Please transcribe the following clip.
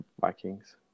Vikings